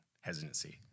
hesitancy